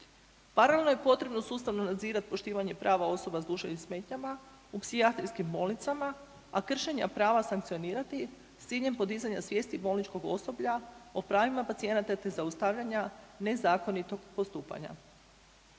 Paralelno je potrebno sustavno nadzirati poštivanje prava osoba s duševnim smetnjama u psihijatrijskim bolnicama, a kršenja prava sankcionirati s ciljem podizanja svijesti bolničkog osoblja o pravima pacijenata te zaustavljanja nezakonitog postupanja.